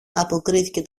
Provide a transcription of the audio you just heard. αποκρίθηκε